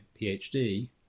PhD